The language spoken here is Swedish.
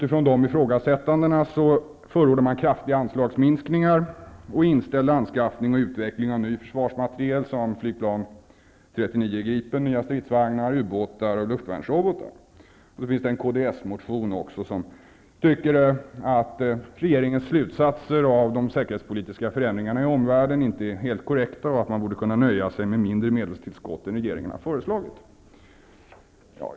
Ifrån dessa ifrågasättanden förordas kraftiga anslagsminskningar och inställd anskaffning och utveckling av ny försvarsmateriel, som flygplan 39 Gripen, nya stridsvagnar, ubåtar och luftvärnsrobotar. I en kds-motion tycker man att regeringens slutsatser av de säkerhetspolitiska förändringarna i omvärlden inte är helt korrekta, och att man borde kunna nöja sig med mindre medelstillskott än regeringen har föreslagit.